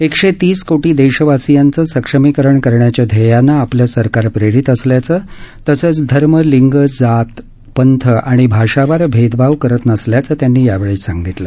एकशे तीस कोटी देशवासियांचं सक्षमीकरण करण्याच्या ध्येयानं आपलं सरकार प्रेरीत असल्याचं तसंच धर्म लिंग जात पंथ किंवा भाषावार भेदभाव करत नसल्याचं त्यांनी यावेळी सांगितलं